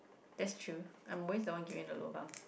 that's true I'm always the one giving the lobangs